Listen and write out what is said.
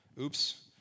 Oops